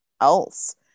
else